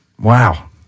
Wow